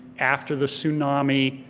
after the tsunami,